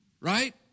right